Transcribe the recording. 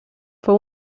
fue